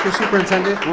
superintendent,